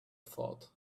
thought